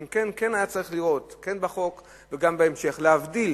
אם כן, כן היה צריך לראות בחוק ובהמשך, להבדיל